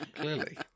Clearly